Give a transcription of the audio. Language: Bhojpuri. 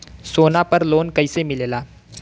सोना पर लो न कइसे मिलेला?